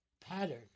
pattern